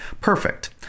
Perfect